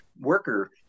worker